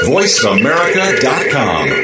VoiceAmerica.com